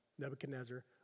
Nebuchadnezzar